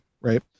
right